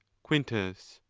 quintus.